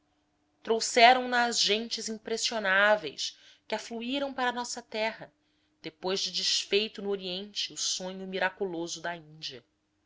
intacta trouxeram na as gentes impressionáveis que afluíram para a nossa terra depois de desfeito no oriente o sonho miraculoso da índia